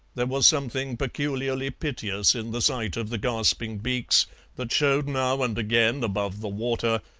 there was something peculiarly piteous in the sight of the gasping beaks that showed now and again above the water,